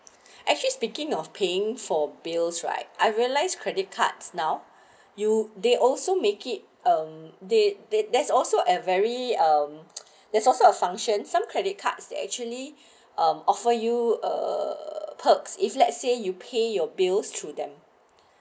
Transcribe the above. actually speaking of paying for bills right I realize credit cards now you they also make it um they they there's also a very um there's also assumption some credit cards that actually offer you uh perks if let's say you pay your bills through them